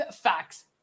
Facts